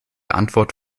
antwort